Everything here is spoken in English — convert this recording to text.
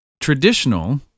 traditional